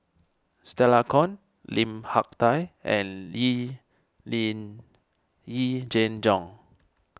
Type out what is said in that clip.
Stella Kon Lim Hak Tai and Yee Jenn Jong